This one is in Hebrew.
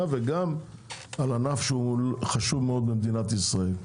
וגם על ענף שהוא חשוב מאוד במדינת ישראל.